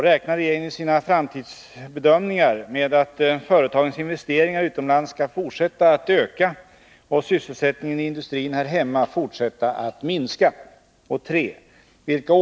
Räknar regeringen i sina framtidsbedömningar med att företagens investeringar utomlands skall fortsätta att öka och sysselsättningen i industrin här hemma fortsätta att minska? Fru talman!